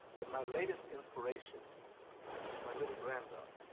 but my latest inspiration is my little granddaughter.